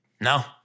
No